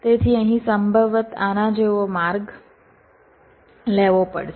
તેથી અહીં સંભવતઃ આના જેવો માર્ગ લેવો પડશે